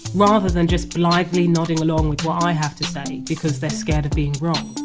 rather than just blithely nodding along with what i have to say because they're scared of being wrong